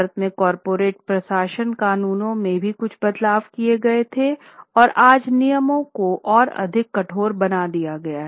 भारत में कॉर्पोरेट प्रशासन कानूनों में भी कुछ बदलाव किए गए थे और आज नियमों को और अधिक कठोर बना दिया गया है